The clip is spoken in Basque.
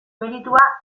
meritua